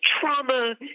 trauma